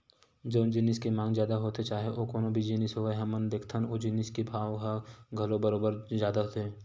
जउन जिनिस के मांग जादा होथे चाहे ओ कोनो भी जिनिस होवय हमन देखथन ओ जिनिस के भाव ह घलो बरोबर जादा होथे